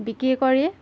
বিক্ৰী কৰি